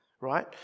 right